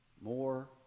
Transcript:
more